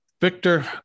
Victor